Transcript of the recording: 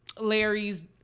Larry's